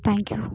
thank you